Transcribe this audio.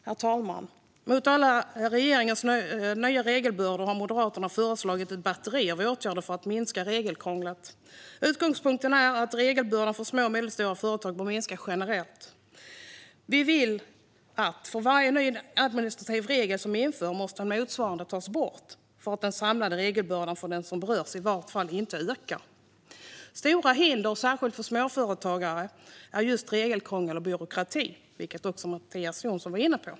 Herr talman! Mot regeringens alla nya regelbördor har Moderaterna föreslagit ett batteri av åtgärder för att minska regelkrånglet. Utgångspunkten är att regelbördan för små och medelstora företag behöver minska generellt. Vi vill att för varje ny administrativ regel som införs måste en motsvarande tas bort för att den samlade regelbördan för den som berörs i varje fall inte ska öka. Stora hinder, särskilt för småföretagare, är just regelkrångel och byråkrati, vilket Mattias Jonsson också var inne på.